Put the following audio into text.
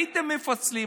הייתם מפצלים,